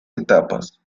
etapas